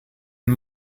and